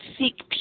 seek